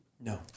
No